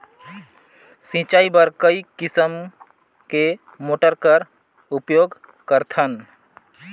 सिंचाई बर कई किसम के मोटर कर उपयोग करथन?